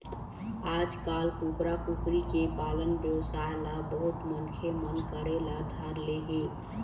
आजकाल कुकरा, कुकरी के पालन बेवसाय ल बहुत मनखे मन करे ल धर ले हे